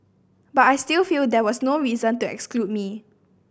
but I still feel there was no reason to exclude me